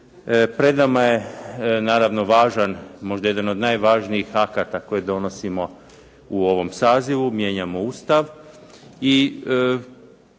Pred nama je naravno važan, možda jedan od najvažnijih akata koje donosimo u ovom sazivu. Mijenjamo Ustav